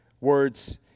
words